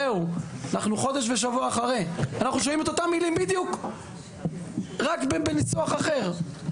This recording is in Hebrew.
אבל הנה אנחנו כאן שומעים את אותן מילים בדיוק רק בניסוח אחר.